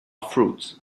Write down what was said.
fruits